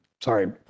Sorry